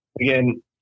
again